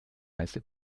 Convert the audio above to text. heiße